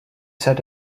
said